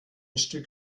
stück